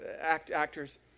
actors